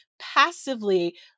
passively